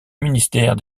ministère